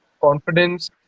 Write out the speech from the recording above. confidence